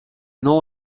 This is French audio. nom